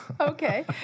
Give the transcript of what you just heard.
Okay